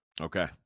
Okay